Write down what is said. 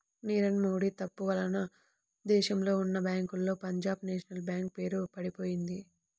నీరవ్ మోడీ తప్పు వలన దేశంలో ఉన్నా బ్యేంకుల్లో పంజాబ్ నేషనల్ బ్యేంకు పేరు పడిపొయింది